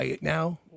Now